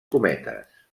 cometes